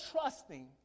trusting